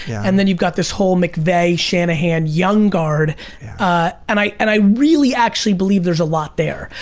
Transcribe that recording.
and then you've got this whole mcvay, shanahan young guard and i and i really actually believe there's a lot there.